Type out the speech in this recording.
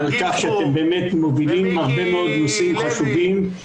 -- על כך שאתם באמת מובילים הרבה מאוד נושאים חשובים,